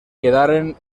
quedaren